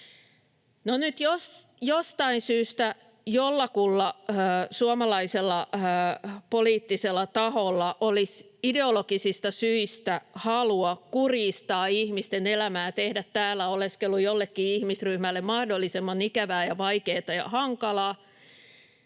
nyt jostain syystä jollakulla suomalaisella poliittisella taholla olisi ideologisista syistä halua kurjistaa ihmisten elämää ja tehdä täällä oleskelusta jollekin ihmisryhmälle mahdollisimman ikävää ja vaikeata ja hankalaa,